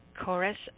chorus